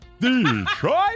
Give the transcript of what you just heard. Detroit